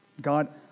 God